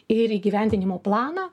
ir įgyvendinimo planą